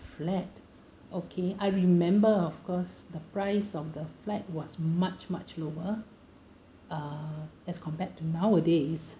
flat okay I remember of course the price of the flat was much much lower uh as compared to nowadays